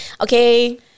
okay